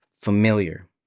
familiar